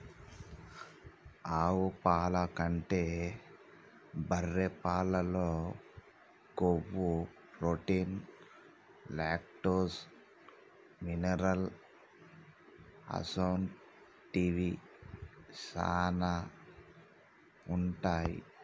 ఆవు పాల కంటే బర్రె పాలల్లో కొవ్వు, ప్రోటీన్, లాక్టోస్, మినరల్ అసొంటివి శానా ఉంటాయి